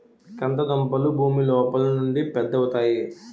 కంద దుంపలు భూమి లోపలుండి పెద్దవవుతాయి